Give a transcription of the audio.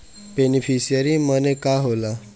Beneficiary मने का होला?